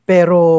Pero